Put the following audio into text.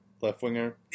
left-winger